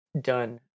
done